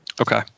Okay